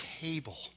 table